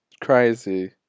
crazy